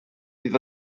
iddo